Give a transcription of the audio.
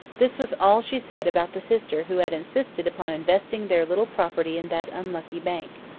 this was all she said about the sister who had insisted upon investing their little property in that unlucky bank.